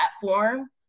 platform